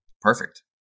Perfect